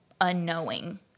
unknowing